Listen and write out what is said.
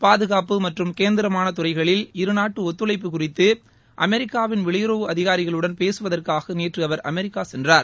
பாதுகாப்பு மற்றும் கேந்திரமான துறைகளில் இருநாட்டு ஒத்துழைப்பு குறித்து அமெிக்காவின் வெளியுறவுத் அதிகாரிகளுடன் பேசுவதற்காக நேற்று அவர் அமெரிக்கா சென்றார்